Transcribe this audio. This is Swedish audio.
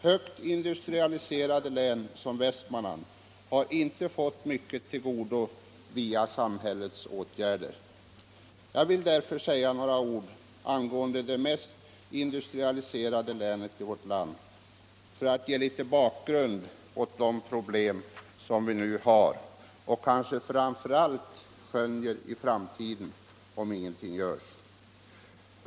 Högt industrialiserade län som Västmanland har inte fått mycket till godo via samhällets åtgärder. Jag vill säga några ord angående det mest industrialiserade länet i vårt land för att ge litet bakgrund åt de problem som vi nu har och kanske framför allt skönjer i framtiden, om ingenting görs.